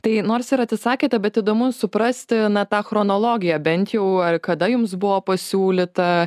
tai nors ir atsisakėte bet įdomu suprasti na tą chronologiją bent jau kada jums buvo pasiūlyta